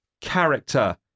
character